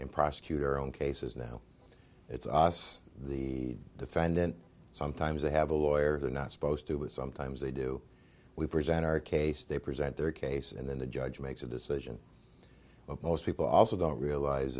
and prosecutor on cases now it's us the defendant sometimes they have a lawyer they're not supposed to but sometimes they do we present our case they present their case and then the judge makes a decision what most people also don't realize